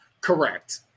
Correct